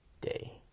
day